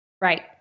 Right